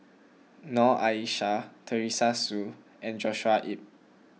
Noor Aishah Teresa Hsu and Joshua Ip